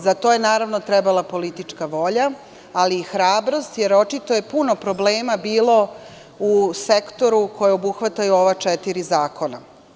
Za to je naravno trebala politička volja, ali i hrabrost, jer očito je puno problema bilo u sektoru koji obuhvataju ova četiri zakona.